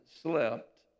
slept